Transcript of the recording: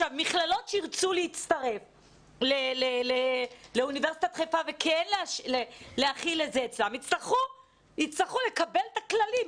מכללות שירצו להצטרף לאוניברסיטת חיפה יצטרכו לקבל את הכללים.